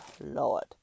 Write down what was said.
Lord